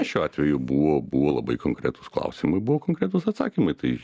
šiuo atveju buvo buvo labai konkretūs klausimai buvo konkretūs atsakymai tai